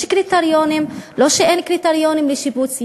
יש קריטריונים, לא שאין קריטריונים לשיפוץ.